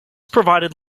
provided